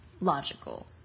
logical